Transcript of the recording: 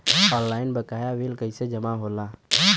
Online बकाया bill कैसे जमा होला?